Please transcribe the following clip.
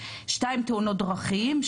שתי תאונות דרכים,